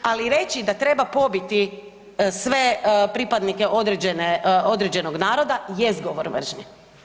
Ali reći da treba pobiti sve pripadnike određenog naroda jest govor mržnje.